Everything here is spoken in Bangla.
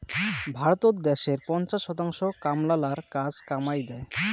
ভারতত দ্যাশের পঞ্চাশ শতাংশ কামলালার কাজ কামাই দ্যায়